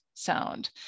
sound